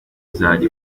izajya